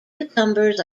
cucumbers